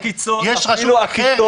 יש רשות --- קרעי,